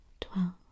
twelve